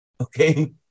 okay